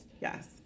yes